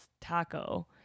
taco